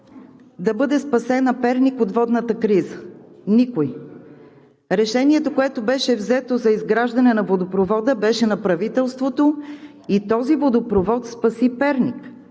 да бъде спасен Перник от водната криза? Никой! Решението, което беше взето за изграждане на водопровода, беше на правителството и този водопровод спаси Перник.